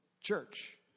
church